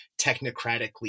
technocratically